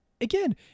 again